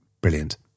Brilliant